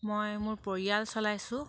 মই মোৰ পৰিয়াল চলাইছোঁ